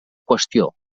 qüestió